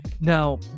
Now